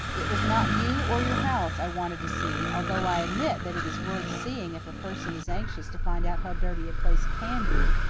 it was not you or your house i wanted to see although i admit that it is worth seeing if a person is anxious to find out how dirty a place can be.